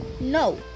No